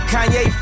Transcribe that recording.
Kanye